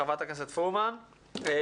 אני